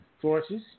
forces